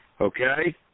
Okay